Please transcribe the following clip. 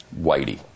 whitey